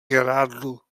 žrádlu